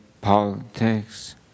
politics